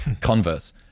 Converse